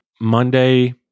Monday